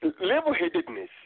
Level-headedness